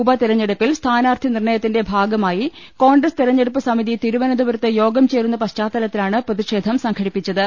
ഉപതെരഞ്ഞെടുപ്പിൽ സ്ഥാനാർത്ഥി നിർണയത്തിന്റെ ഭാഗ മായി കോൺഗ്രസ് തെരഞ്ഞെടുപ്പ് സമിതി തിരുവനന്തപുരത്ത് യോഗം ചേരുന്ന പശ്ചാത്തലത്തിലാണ് പ്രതിഷേധം സംഘടിപ്പി ച്ചത്